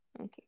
Okay